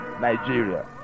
nigeria